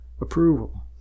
approval